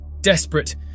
Desperate